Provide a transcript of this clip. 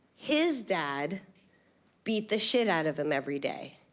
his dad beat the shit out of him every day.